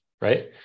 right